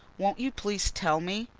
won't you please tell me?